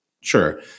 Sure